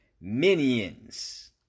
minions